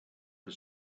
for